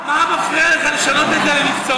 מה מפריע לך לשנות את זה לנבצרות?